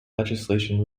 legislation